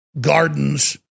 gardens